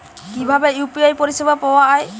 কিভাবে ইউ.পি.আই পরিসেবা পাওয়া য়ায়?